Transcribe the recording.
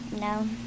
no